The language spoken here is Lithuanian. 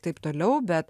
taip toliau bet